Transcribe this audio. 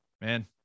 man